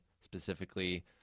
Specifically